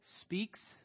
speaks